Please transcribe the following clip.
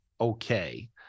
okay